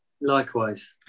Likewise